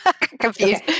Confused